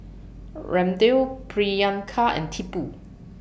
Ramdev Priyanka and Tipu